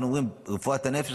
אנחנו אומרים: רפואת הנפש,